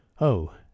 Oh